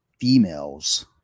females